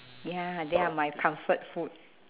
ya they are my comfort food